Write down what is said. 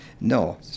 no